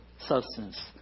substance